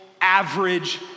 average